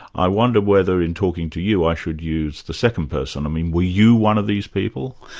i wonder whether in talking to you i should use the second person. i mean were you one of these people?